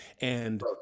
and-